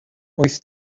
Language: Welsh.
wyth